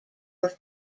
were